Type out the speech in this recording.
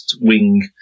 wing